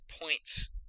points